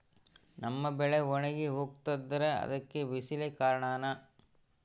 ನಮ್ಮ ಬೆಳೆ ಒಣಗಿ ಹೋಗ್ತಿದ್ರ ಅದ್ಕೆ ಬಿಸಿಲೆ ಕಾರಣನ?